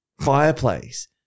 fireplace